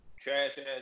Trash-ass